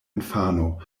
infano